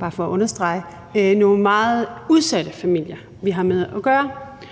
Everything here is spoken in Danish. bare for at understrege det – nogle meget udsatte familier, vi har med at gøre.